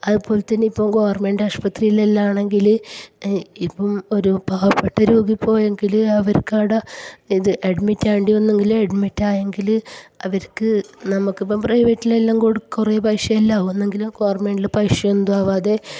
അതു പോലെ തന്നെ ഇപ്പോൾ ഗവർമെൻറ്റ് ആശുപത്രിയിലെല്ലാമാണെങ്കിൽ ഇപ്പം ഒരു പാവപ്പെട്ട രോഗി പോയെങ്കിൽ അവർക്കവിടെ ഇത് അഡ്മിറ്റ് ആവേണ്ടി വന്നെങ്കിൽ അഡ്മിറ്റ് ആയെങ്കിൽ അവർക്ക് നമുക്കിപ്പം പ്രൈവറ്റിലെല്ലാം കുറേ പൈസ എല്ലാം ആവുമെങ്കിലും ഗവൺമെൻറ്റിൽ പൈസ ഏതും ആവാതെ